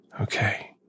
Okay